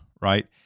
right